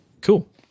Cool